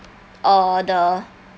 uh the